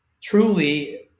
truly